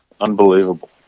Unbelievable